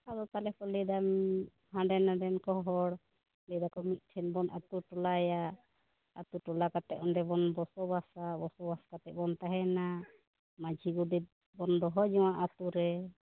ᱟᱫᱚ ᱛᱟᱦᱚᱞᱮ ᱠᱚ ᱞᱟ ᱭᱮᱫᱟ ᱩᱸ ᱦᱟᱱᱰᱮ ᱱᱟᱱᱰᱮᱱ ᱠᱚ ᱦᱚᱲ ᱞᱟ ᱭᱮᱫᱟ ᱠᱚ ᱢᱤᱫ ᱴᱷᱮᱱ ᱵᱚᱱ ᱟᱛᱳ ᱴᱚᱞᱟᱭᱟ ᱟᱛᱳ ᱴᱚᱞᱟ ᱠᱟᱛᱮ ᱚᱸᱰᱮ ᱵᱚᱱ ᱵᱚᱥᱚ ᱵᱟᱥᱟ ᱵᱚᱥᱚᱵᱟᱥ ᱠᱟᱛᱮᱫ ᱵᱚᱱ ᱛᱟᱦᱮᱱᱟ ᱢᱟᱺᱡᱷᱤ ᱜᱚᱰᱮᱛ ᱵᱚᱱ ᱫᱚᱦᱚ ᱡᱚᱝᱜᱟ ᱟ ᱟᱛᱳᱨᱮ